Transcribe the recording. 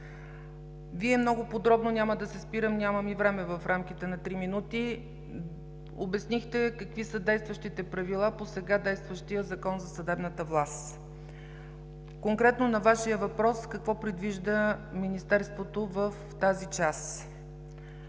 Вие много подробно – няма да се спирам, нямам и време в рамките на три минути – обяснихте какви са действащите правила по сега действащия Закон за съдебната власт. Конкретно на Вашия въпрос – какво предвижда Министерството в тази част?